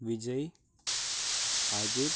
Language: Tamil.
விஜய் அஜித்